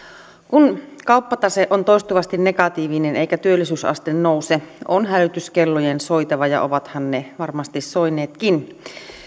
kun kauppatase on toistuvasti negatiivinen eikä työllisyysaste nouse on hälytyskellojen soitava ja ovathan ne varmaan soineetkin